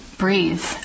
breathe